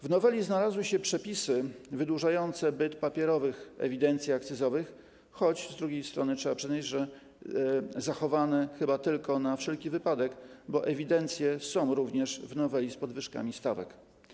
W noweli znalazły się przepisy wydłużające byt papierowych ewidencji akcyzowych, choć z drugiej strony trzeba przyznać, że zachowano je chyba tylko na wszelki wypadek, bo ewidencje są również w noweli z podwyżkami stawek.